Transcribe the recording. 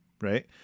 Right